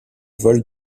vol